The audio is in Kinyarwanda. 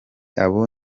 abo